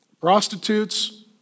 prostitutes